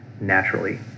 naturally